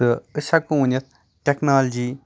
تہٕ أسۍ ہٮ۪کو ؤنِتھ ٹیکنالوجی